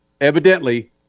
evidently